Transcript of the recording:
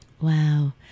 Wow